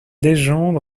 légende